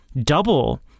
double